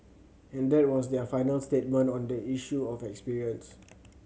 and that was their final statement on the issue of experience